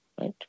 right